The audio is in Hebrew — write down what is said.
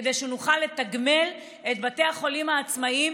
כדי שנוכל לתגמל את בתי החולים העצמאיים